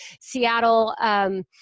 Seattle